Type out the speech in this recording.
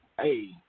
Hey